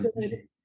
good